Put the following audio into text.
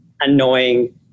annoying